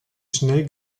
schnell